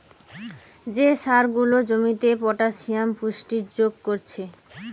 যে সার গুলা জমিতে পটাসিয়ামের পুষ্টি যোগ কোরছে